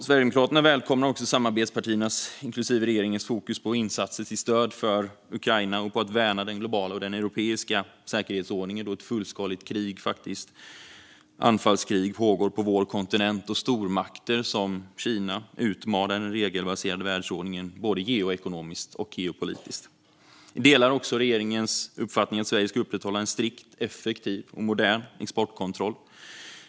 Sverigedemokraterna välkomnar också samarbetspartiernas inklusive regeringens fokus på insatser till stöd för Ukraina och på att värna den globala och den europeiska säkerhetsordningen, då ett fullskaligt anfallskrig pågår på vår kontinent och stormakter som Kina utmanar den regelbaserade världsordningen både geoekonomiskt och geopolitiskt. Vi delar också regeringens uppfattning att Sverige ska upprätthålla en strikt, effektiv och modern exportkontroll.